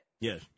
Yes